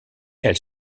elle